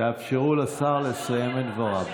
תאפשרו לשר לסיים את דבריו.